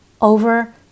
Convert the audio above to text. over